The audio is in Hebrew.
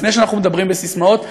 לפני שאנחנו מדברים בססמאות,